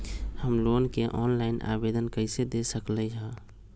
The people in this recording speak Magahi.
हम लोन के ऑनलाइन आवेदन कईसे दे सकलई ह?